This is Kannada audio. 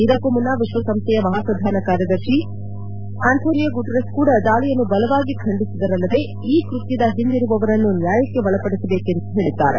ಇದಕ್ಕೂ ಮುನ್ನ ವಿಶ್ವಸಂಸ್ಡೆಯ ಮಹಾಪ್ರಧಾನ ಕಾರ್ಯದರ್ಶಿ ಆಂಥೋಣಿಯೋ ಗುಟಿರರ್ಸ್ ಕೂಡ ದಾಳಿಯನ್ನು ಬಲವಾಗಿ ಖಂಡಿಸಿದರಲ್ಲದೆ ಈ ಕೃತ್ಯದ ಹಿಂದಿರುವವರನ್ನು ನ್ಯಾಯಕ್ಕೆ ಒಳಪಡಿಸಬೇಕು ಎಂದು ಹೇಳಿದರು